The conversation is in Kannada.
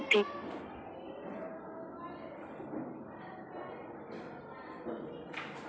ಯು.ಪಿ.ಐ ಸಹಾಯದಿಂದ ನೀವೆಲ್ಲಾದರೂ ನೀವು ಅಕೌಂಟ್ಗಾದರೂ ಹಣವನ್ನು ಕಳುಹಿಸಳು ಸಹಾಯಕವಾಗಿದೆ